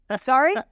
Sorry